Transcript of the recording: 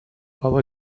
بابا